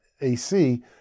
AC